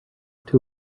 two